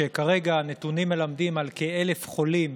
כרגע הנתונים מלמדים על כ-1,000 חולים.